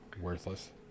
Worthless